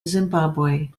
zimbabwe